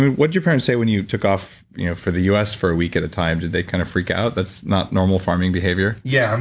what did your parents say when you took off you know for the us for a week at a time? did they kind of freak out? that's not normal farming behavior yeah,